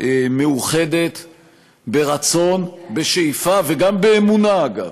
מאוחדת ברצון, בשאיפה, וגם באמונה, אגב,